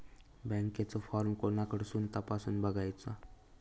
बँकेचो फार्म कोणाकडसून तपासूच बगायचा?